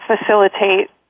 facilitate